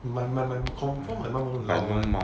my my confirm my mom won't allow one